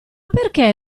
perché